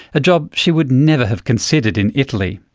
a job she would never have considered in italy.